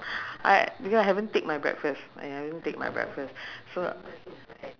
same taste so if you want ah you can go uh at uh toa payoh